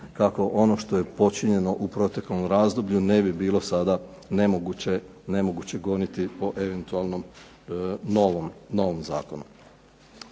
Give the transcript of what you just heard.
kako ono što je počinjeno u proteklom razdoblju ne bi bilo sada nemoguće goniti po eventualnom novom zakonu.